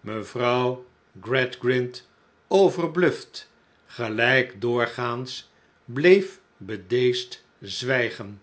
mevrouw gradgrind overbluft gelijk doorgaans bleef bedeesd zwijgen